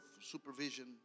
supervision